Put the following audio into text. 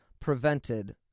prevented